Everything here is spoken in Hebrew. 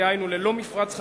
דהיינו ללא מפרץ חנייה,